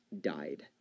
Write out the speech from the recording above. died